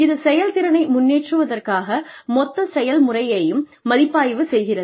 இது செயல்திறனை முன்னேற்றுவதற்காக மொத்த செயல்முறையையும் மதிப்பாய்வு செய்கிறது